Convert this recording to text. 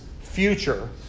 future